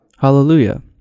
Hallelujah